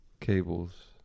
cables